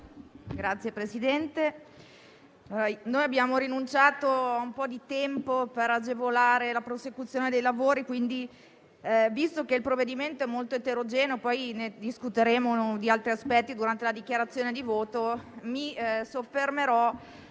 Signor Presidente, abbiamo rinunciato a un po' di tempo a nostra disposizione per agevolare la prosecuzione dei lavori e quindi, visto che il provvedimento è molto eterogeneo, discuteremo di altri aspetti durante la dichiarazione di voto e mi soffermerò